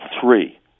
three